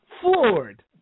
floored